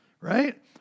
right